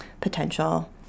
potential